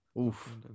Oof